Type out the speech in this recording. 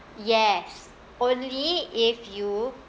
yes only if you